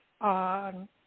on